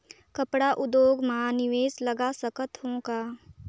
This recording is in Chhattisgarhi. कपड़ा उद्योग म निवेश लगा सकत हो का?